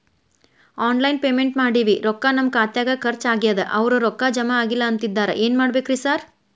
Online payment ಮಾಡೇವಿ ರೊಕ್ಕಾ ನಮ್ ಖಾತ್ಯಾಗ ಖರ್ಚ್ ಆಗ್ಯಾದ ಅವ್ರ್ ರೊಕ್ಕ ಜಮಾ ಆಗಿಲ್ಲ ಅಂತಿದ್ದಾರ ಏನ್ ಮಾಡ್ಬೇಕ್ರಿ ಸರ್?